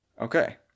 Okay